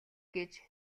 гэж